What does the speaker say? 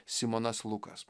simonas lukas